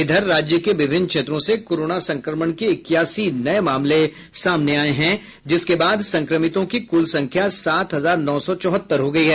इधर राज्य के विभिन्न क्षेत्रों से कोरोना संक्रमण के इक्यासी नये मामले सामने आये हैं जिसके बाद संक्रमितों की कुल संख्या सात हजार नौ सौ चौहत्तर हो गयी है